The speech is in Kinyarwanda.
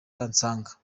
kansanga